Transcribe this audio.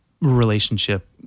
Relationship